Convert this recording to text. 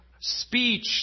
speech